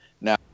Now